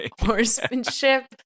Horsemanship